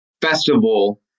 festival